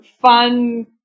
fun